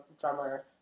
drummer